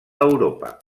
europa